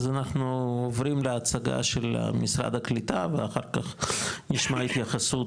אז אנחנו עוברים להצגה של משרד הקליטה ואחר כך נשמע התייחסות,